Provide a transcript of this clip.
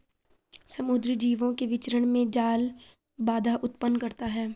समुद्री जीवों के विचरण में जाल बाधा उत्पन्न करता है